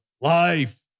life